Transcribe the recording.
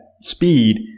speed